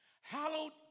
Hallowed